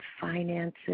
finances